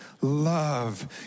love